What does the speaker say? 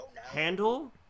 handle